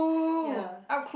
ya